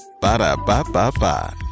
Ba-da-ba-ba-ba